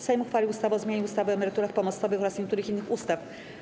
Sejm uchwalił ustawę o zmianie ustawy o emeryturach pomostowych oraz niektórych innych ustaw.